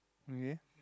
okay